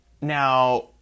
Now